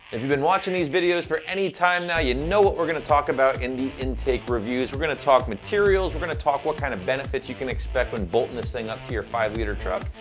if you've been watching these videos for any time now, you know what we're gonna talk about in the intake reviews. we're gonna talk materials, we're gonna talk what kind of benefits you can expect from bolting this thing up to your five liter truck,